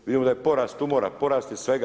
Vidimo da je porast tumora, porast je svega.